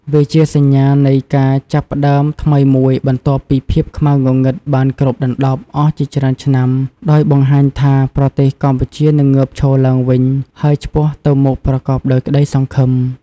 វាជាសញ្ញានៃការចាប់ផ្ដើមថ្មីមួយ បន្ទាប់ពីភាពខ្មៅងងឹតបានគ្របដណ្តប់អស់ជាច្រើនឆ្នាំ ដោយបង្ហាញថា ប្រទេសកម្ពុជានឹងងើបឈរឡើងវិញ ហើយឆ្ពោះទៅមុខប្រកបដោយក្តីសង្ឃឹម។